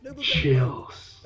chills